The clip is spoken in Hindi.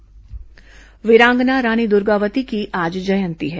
रानी दुर्गावती जयंती वीरांगना रानी दुर्गावती की आज जयंती है